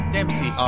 Dempsey